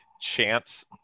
chance